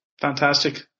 Fantastic